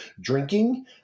drinking